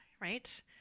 Right